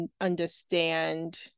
understand